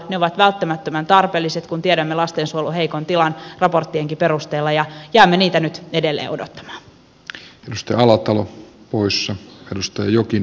ne ovat välttämättömän tarpeelliset kun tiedämme lastensuojelun heikon tilan raporttienkin perusteella ja jäämme niitä nyt edelleen odottamaan